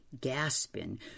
Gasping